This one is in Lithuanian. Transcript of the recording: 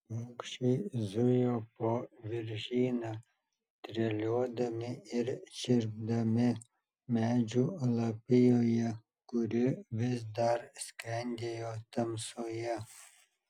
paukščiai zujo po viržyną treliuodami ir čirpdami medžių lapijoje kuri vis dar skendėjo tamsoje